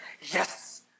Yes